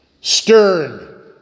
stern